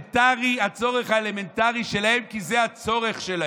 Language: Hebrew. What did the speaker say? בצורך האלמנטרי שלהם, כי זה הצורך שלהם.